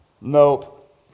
nope